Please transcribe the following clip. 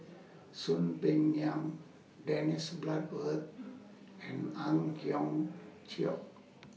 Soon Peng Yam Dennis Bloodworth and Ang Hiong Chiok